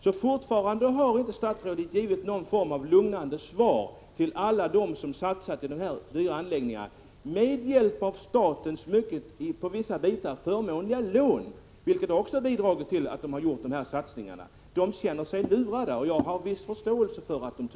Statsrådet har fortfarande inte gett någon form av lugnande svar till alla dem som har satsat på dyra anläggningar — med hjälp av statens till vissa delar mycket förmånliga lån, som också har bidragit till att de har gjort dessa satsningar. De människorna känner sig lurade, och jag har en viss förståelse för det.